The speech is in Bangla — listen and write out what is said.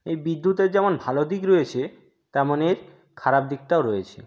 এই বিদ্যুতের যেমন ভালো দিক রয়েছে তেমন এর খারাপ দিকটাও রয়েছে